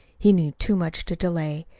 he knew too much to delay.